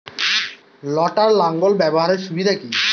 লটার লাঙ্গল ব্যবহারের সুবিধা কি?